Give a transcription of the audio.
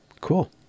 Cool